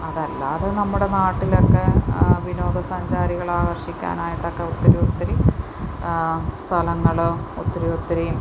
അതല്ലാതെ നമ്മുടെ നാട്ടിലൊക്കെ വിനോദസഞ്ചാരികളെ ആകർഷിക്കാനായിട്ടൊക്കെ ഒത്തിരി ഒത്തിരി സ്ഥലങ്ങളും ഒത്തിരി ഒത്തിരി